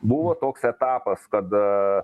buvo toks etapas kad